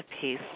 peace